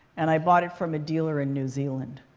and i bought it from a dealer in new zealand.